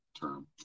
term